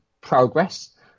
progress